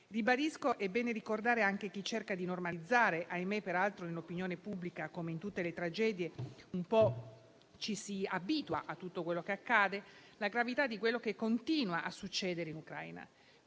Ribadisco che è bene ricordare anche a chi cerca di normalizzare - ahimè peraltro l'opinione pubblica, come in tutte le tragedie, un po' si abitua a tutto quello che accade - la gravità di quello che continua a succedere in Ucraina.